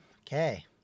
Okay